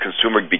consumer